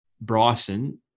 Bryson